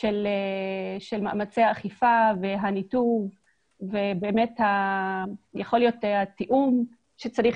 של מאמצי האכיפה והניתוב ויכולת התיאום שצריכה